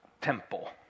temple